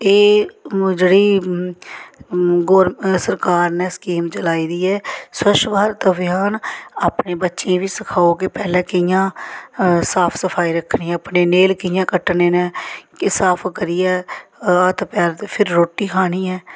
एह् जेह्ड़ी गौर सरकार ने स्कीम चलाई दी ऐ स्वच्छ भारत अभियान अपने बच्चें गी बी सखाओ कि पैह्ले कि'यां साफ सफाई रक्खनी अपने नेल कि'यां कट्टने न साफ करियै हत्थ पैर ते फिर रोटो खानी ऐ